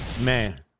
Man